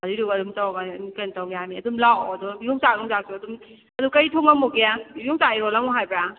ꯑꯗꯨꯏꯗꯨꯒ ꯑꯗꯨꯝ ꯇꯧꯔꯒꯅꯦ ꯑꯗꯨꯝ ꯀꯩꯅꯣ ꯇꯧ ꯌꯥꯅꯤ ꯑꯗꯨꯝ ꯂꯥꯛꯑꯣ ꯑꯗꯣ ꯌꯣꯡꯆꯥꯛ ꯅꯨꯡꯆꯥꯛꯇꯣ ꯑꯗꯨꯝ ꯑꯗꯣ ꯀꯩ ꯊꯣꯉꯝꯃꯨꯒꯦ ꯌꯣꯡꯆꯥꯛ ꯏꯔꯣꯜꯂꯝꯃꯣ ꯍꯥꯏꯕ꯭ꯔꯥ